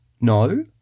no